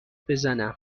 بزنم